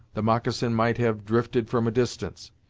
the moccasin might have drifted from a distance,